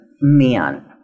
man